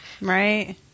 Right